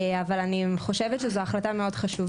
אבל אני חושבת שזו החלטה חשובה מאוד.